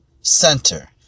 center